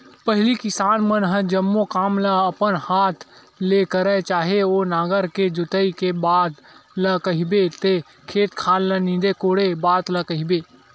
पहिली किसान मन ह जम्मो काम ल अपन हात ले करय चाहे ओ नांगर के जोतई के बात ल कहिबे ते खेत खार ल नींदे कोड़े बात ल कहिबे